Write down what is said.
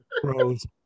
crows